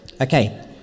Okay